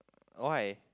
why